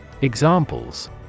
Examples